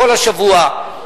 כל השבוע,